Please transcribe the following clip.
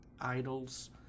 idols